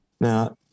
Now